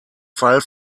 fall